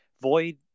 Void